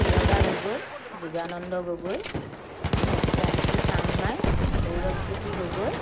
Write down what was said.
Kshirada Gogoi Jogananda Gogoi Pompi Changmai Saurav Jyoti Gogoi